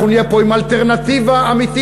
אנחנו נהיה פה עם אלטרנטיבה אמיתית,